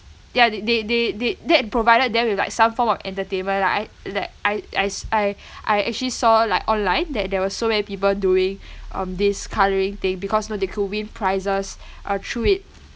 yeah they they they that provided them with like some form of entertainment right like I I s~ I I actually saw like online that there were so many people doing um this colouring thing because you know they could win prizes uh through it